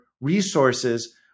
resources